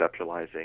conceptualizing